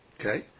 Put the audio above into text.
Okay